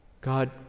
God